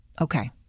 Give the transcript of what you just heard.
Okay